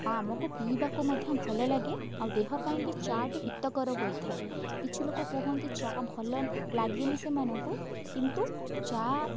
ଆମକୁ ପିଇବାକୁ ମଧ୍ୟ ଭଲ ଲାଗେ ଆଉ ଦେହ ପାଇଁ ବି ଚା' ଟି ହିତକର ହୋଇଥାଏ କିଛି ଲୋକ କୁହନ୍ତି ଚାହା ଭଲ ଲାଗେନି ସେମାନଙ୍କୁ କିନ୍ତୁ ଚା'